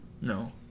No